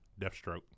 Deathstroke